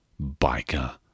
biker